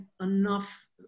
enough